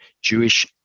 jewish